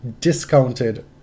discounted